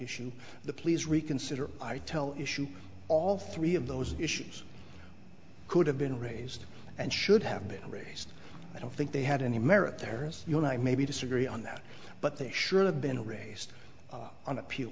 issue the please reconsider i tell issues all three of those issues could have been raised and should have been raised i don't think they had any merit there as you and i maybe disagree on that but they should have been raised on a